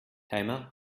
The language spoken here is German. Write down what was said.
timer